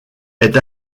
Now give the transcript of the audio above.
est